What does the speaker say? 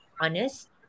honest